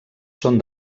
són